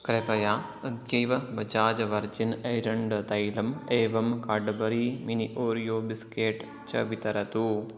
कृपया अद्यैव बजाज् वर्जिन् ऐरण्डतैलम् एवं कार्ड्बरी मिनि ओरियो बिस्केट् च वितरतु